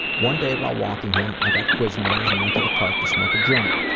one day while walking him i got quiznos and went to the park to smoke a joint.